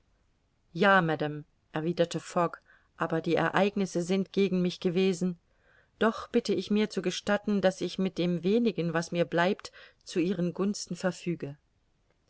ja madame erwiderte fogg aber die ereignisse sind gegen mich gewesen doch bitte ich mir zu gestatten daß ich mit dem wenigen was mir bleibt zu ihren gunsten verfüge